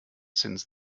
since